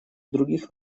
других